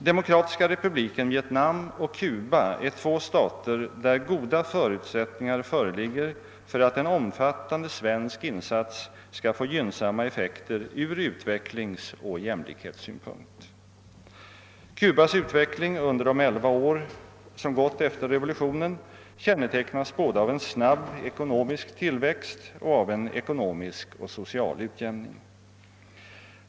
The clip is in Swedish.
Demokratiska republiken Vietnam och Cuba är två stater, där goda förutsältningar föreligger för att en omfattande svensk insats skall få gynnsamma effekter ur utvecklingsoch jämlikhetssynpunkt. Cubas utveckling under de elva år som gått efter revolutionen kännetecknas både av en snabb ekonomisk tillväxt och av en ekonomisk och social utjämning.